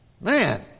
Man